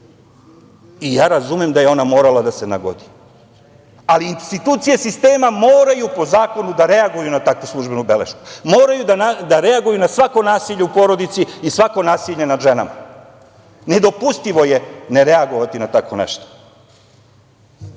i razumem da je ona morala da se nagodi, ali institucije sistema moraju po zakonu da reaguju na takvu službenu belešku. Moraju da reaguju na svako nasilje u porodici i svako nasilje nad ženama. Nedopustivo je nereagovati na tako